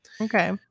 Okay